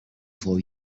for